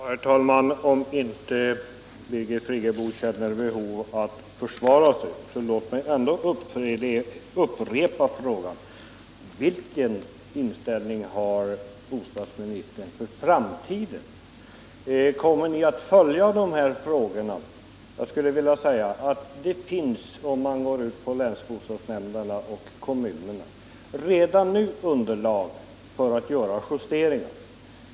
Herr talman! Även om Birgit Friggebo inte känner behov av att försvara sig, vill jag upprepa frågan: Vilken inställning har bostadsministern för framtiden? Kommer ni att följa de här frågorna? Det finns, om man går ut till länsbostadsnämnderna och kommunerna, redan nu underlag för att göra justeringar.